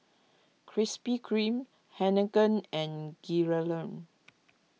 Krispy Kreme Heinekein and Gilera